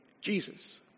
Jesus